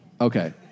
Okay